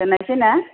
दोन्नोसै ना